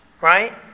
right